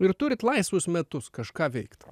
ir turit laisvus metus kažką veikt